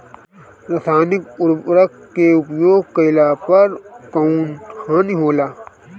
रसायनिक उर्वरक के उपयोग कइला पर कउन हानि होखेला?